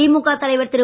திமுக தலைவர் திரு